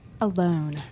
alone